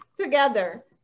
together